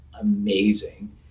amazing